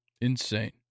Insane